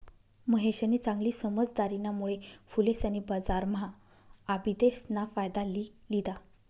महेशनी चांगली समझदारीना मुळे फुलेसनी बजारम्हा आबिदेस ना फायदा लि लिदा